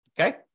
Okay